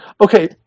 okay